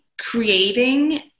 creating